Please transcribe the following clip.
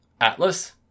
Atlas